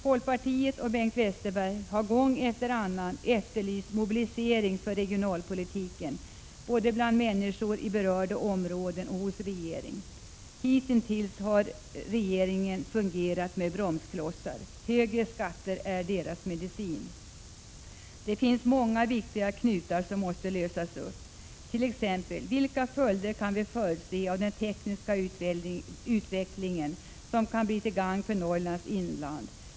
Folkpartiet och Bengt Westerberg har gång efter annan efterlyst mobilisering för regionalpolitiken både bland människor i berörda områden och hos regeringen. Hittills har regeringen mest fungerat som bromskloss! Högre skatter är deras medicin. Det är många viktiga knutar som måste lösas upp, t.ex.: Vilka följder kan vi förutse av den tekniska utvecklingen som kan bli till gagn för Norrlands inland?